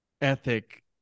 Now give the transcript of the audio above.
ethic